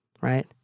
right